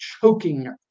choking